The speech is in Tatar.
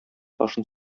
ташын